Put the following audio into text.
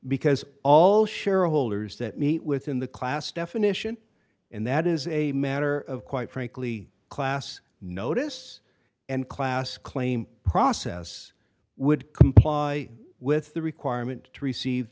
because all shareholders that meet within the class definition and that is a matter of quite frankly class notice and class claim process would comply with the requirement to receive